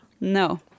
no